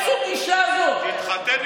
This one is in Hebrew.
אני, יואב סגלוביץ', בן נחום, זכרו לברכה, ותחייה,